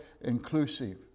inclusive